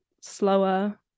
slower